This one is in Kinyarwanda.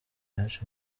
yaje